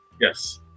yes